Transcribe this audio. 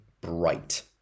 bright